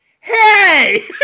hey